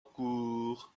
cours